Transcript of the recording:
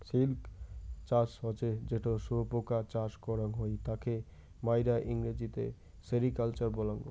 silk চাষ হসে যেটো শুয়োপোকা চাষ করাং হই তাকে মাইরা ইংরেজিতে সেরিকালচার বলাঙ্গ